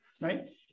right